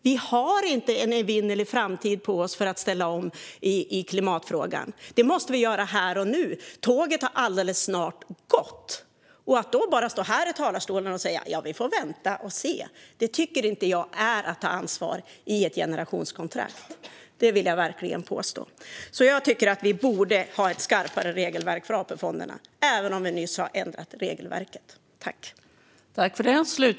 Vi har inte en evinnerlig framtid på oss för att ställa om i klimatfrågan. Det måste vi göra här och nu. Tåget har snart gått. Att då stå här i talarstolen och bara säga att vi får vänta och se, det tycker inte jag är att ta ansvar i ett generationskontrakt. Det vill jag verkligen påstå. Jag tycker att vi borde ha ett skarpare regelverk för AP-fonderna, även om vi nyss har ändrat det.